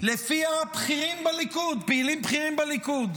שלפיה בכירים בליכוד, פעילים בכירים בליכוד,